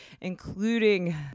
including